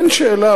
אין שאלה.